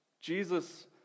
Jesus